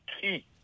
key